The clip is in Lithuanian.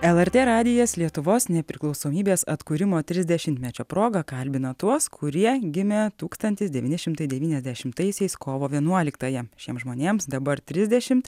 lrt radijas lietuvos nepriklausomybės atkūrimo trisdešimtmečio proga kalbina tuos kurie gimė tūkstantis devyni šimtai devyniasdešimtaisiais kovo vienuoliktąją šiems žmonėms dabar trisdešimt